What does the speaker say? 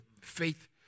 Faith